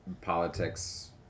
politics